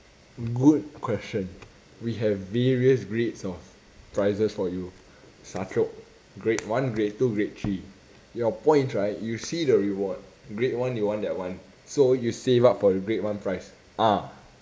good question we have various grades of prizes for you sachok grade one grade two grade three your points right you see the reward grade one you want that one so you save up for grade one prize ah